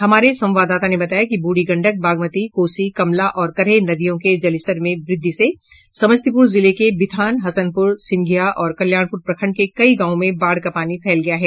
हमारे संवाददाता ने बताया कि ब्रढ़ी गंडक बागमती कोसी कमला और करेह नदियों के जलस्तर में वृद्धि से समस्तीपुर जिले के बिथान हसनपुर सिंधिया और कल्याणपुर प्रखंड के कई गांवों में बाढ़ का पानी फैल गया है